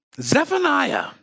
Zephaniah